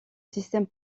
système